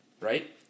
Right